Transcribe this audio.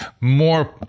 more